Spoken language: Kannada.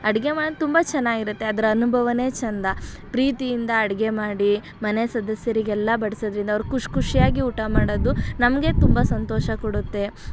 ಅಡುಗೆ ಮಾಡೋದು ತುಂಬ ಚೆನ್ನಾಗಿರುತ್ತೆ ಅದರ ಅನುಭವವೇ ಚೆಂದ ಪ್ರೀತಿಯಿಂದ ಅಡುಗೆ ಮಾಡಿ ಮನೆ ಸದಸ್ಯರಿಗೆಲ್ಲ ಬಡಿಸೋದ್ರಿಂದ ಅವ್ರು ಖುಷಿ ಖುಷ್ಯಾಗಿ ಊಟ ಮಾಡೋದು ನಮಗೆ ತುಂಬ ಸಂತೋಷ ಕೊಡುತ್ತೆ